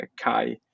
Kai